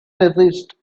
resist